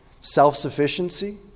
self-sufficiency